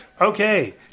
Okay